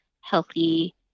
healthy